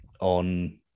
on